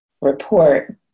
report